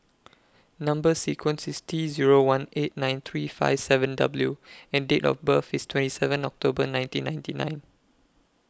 Number sequence IS T Zero one eight nine three five seven W and Date of birth IS twenty seven October nineteen ninety nine